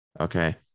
Okay